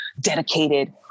dedicated